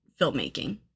filmmaking